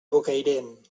bocairent